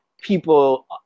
people